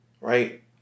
right